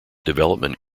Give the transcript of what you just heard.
development